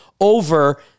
over